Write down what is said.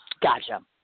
gotcha